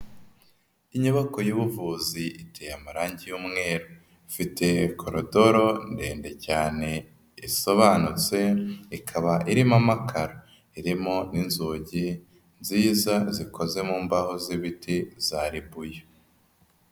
Inyubako y'ubuvuzi iteye amarange y'umweru, ifite korodoro ndende cyane isobanutse ikaba irimo amakaro, irimo n'inzugi nziza zikoze mu mbaho z'ibiti za ribuyu.